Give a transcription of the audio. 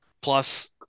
plus